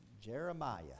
Jeremiah